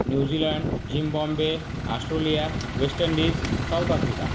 New Zealand Zimbabwe Australia West Indies South Africa